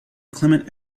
clement